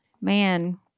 Man